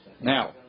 Now